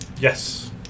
Yes